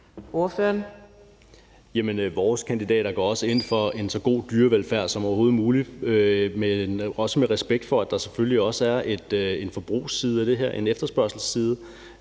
Vores kandidater går også ind for en så god dyrevelfærd som overhovedet muligt, men også med respekt for, at der selvfølgelig også er en forbrugsside af det her, en efterspørgselsside.